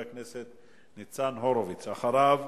אחריו,